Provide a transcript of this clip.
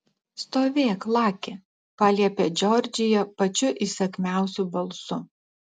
stovėk laki paliepė džordžija pačiu įsakmiausiu balsu